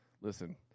listen